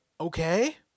okay